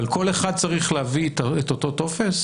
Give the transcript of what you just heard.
אבל כל אחד צריך להביא איתו את אותו טופס?